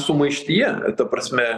sumaištyje ta prasme